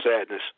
sadness